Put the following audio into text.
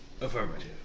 affirmative